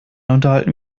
unterhalten